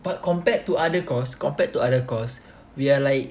but compared to other course compared to other course we are like